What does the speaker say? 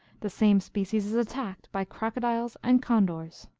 the same species is attacked by crocodiles and condors.